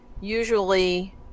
usually